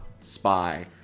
spy